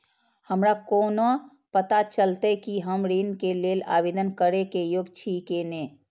हमरा कोना पताा चलते कि हम ऋण के लेल आवेदन करे के योग्य छी की ने?